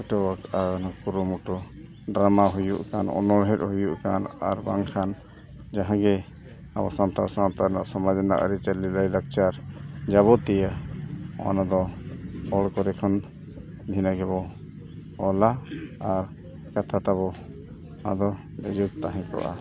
ᱡᱚᱛᱚ ᱟᱨ ᱚᱱᱟ ᱠᱩᱨᱩᱢᱩᱴᱩ ᱰᱨᱟᱢᱟ ᱦᱩᱭᱩᱜ ᱠᱟᱱ ᱚᱱᱚᱬᱦᱮ ᱦᱩᱭᱩᱜ ᱠᱟᱱ ᱟᱨ ᱵᱟᱝᱠᱷᱟᱱ ᱡᱟᱦᱟᱸ ᱜᱮ ᱟᱵᱚ ᱥᱟᱱᱛᱟᱲ ᱥᱟᱶᱛᱟ ᱨᱮᱱᱟᱜ ᱥᱚᱢᱟᱡᱽ ᱨᱮᱱᱟᱜ ᱟᱹᱨᱤᱪᱟᱹᱞᱤ ᱞᱟᱭᱼᱞᱟᱠᱪᱟᱨ ᱡᱟᱵᱚᱛᱤᱭᱚ ᱚᱱᱟᱫᱚ ᱚᱞ ᱠᱚᱨᱮ ᱠᱷᱚᱱ ᱵᱷᱤᱱᱟᱹ ᱜᱮᱵᱚᱱ ᱚᱞᱟ ᱟᱨ ᱠᱟᱛᱷᱟ ᱛᱟᱵᱚ ᱟᱫᱚ ᱛᱟᱦᱮᱸ ᱠᱚᱜᱼᱟ